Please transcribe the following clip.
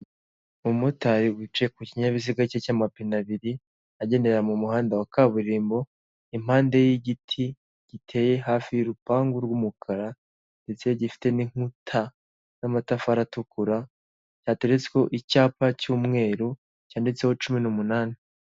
Umumotari wicaye ku kinyabiziga cye cy'amapine abiri, agendera mu muhanda wa kaburimbo, impande y'igiti giteye hafi y'urupangu rw'umukara ndetse gifite n'inkuta n'amatafari atukura, yateretsweho icyapa cy'umweru cyanditseho cumi n'umunani.